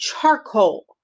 charcoal